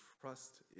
trust